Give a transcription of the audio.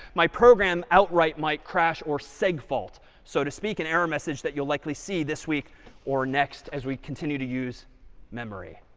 my program outright might crash or segfault, so to speak an error message that you'll likely see this week or next as we continue to use memory.